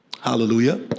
Hallelujah